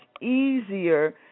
easier